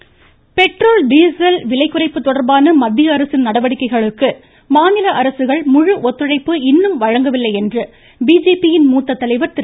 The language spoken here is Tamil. கணேசன் பெட்ரோல் டீசல் விலை குறைப்பு தொடர்பாக மத்திய அரசின் நடவடிக்கைகளுக்கு மாநில அரசுகள் முழு ஒத்துழைப்பு இன்னும் வழங்கவில்லை என்று பிஜேபி யின் மூத்த தலைவா் திரு